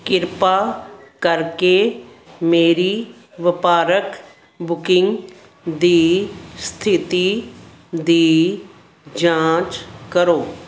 ਕਿਰਪਾ ਕਰਕੇ ਮੇਰੀ ਵਪਾਰਕ ਬੁਕਿੰਗ ਦੀ ਸਥਿਤੀ ਦੀ ਜਾਂਚ ਕਰੋ